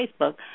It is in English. Facebook